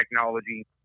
technology